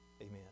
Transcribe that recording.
amen